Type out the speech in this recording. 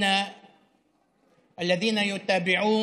אנשינו שעוקבים